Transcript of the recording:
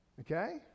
Okay